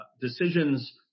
decisions